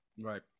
Right